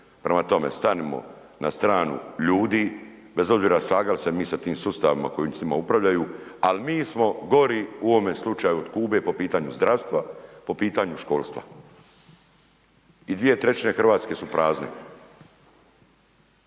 prema tome stanimo na stranu ljudi, bez obzira slagali se mi sa tim sustavima koji s njima upravljaju, al mi smo gori u ovome slučaju od Kube po pitanju zdravstva, po pitanju školstva i 2/3 Hrvatske su prazne.